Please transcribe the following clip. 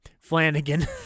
Flanagan